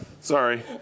Sorry